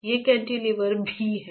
वे cantilever भी हैं